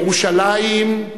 ירושלים,